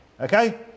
Okay